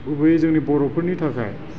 गुबैयै जोंनि बर'फोरनि थाखाय